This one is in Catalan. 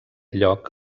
lloc